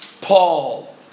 Paul